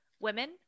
women